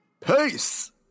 Peace